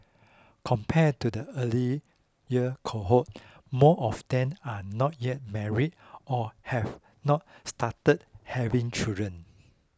compared to the earlier cohort more of them are not yet married or have not started having children